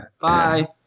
Bye